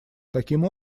таким